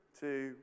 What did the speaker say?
two